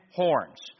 horns